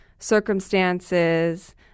circumstances